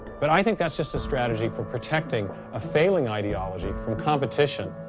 but i think that's just a strategy for protecting a failing ideology from competition.